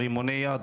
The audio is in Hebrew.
רימוני יד,